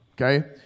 okay